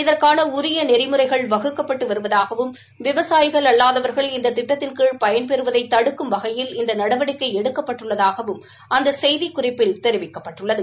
இதற்கான உரிய நெறிமுறைகள் வகுக்கப்பட்டு வருவதாகவும் விவசாயிகள் அல்லாதவா்கள் இந்த திட்டத்தின் கீழ் பயன்பெறுவதை தடுக்கும் வகையில் இந்த நடவடிக்கை எடுக்கப்பட்டுள்ளதாகவும் அந்த செய்திக்குறிப்பில் தெரிவிக்கப்பட்டுள்ளது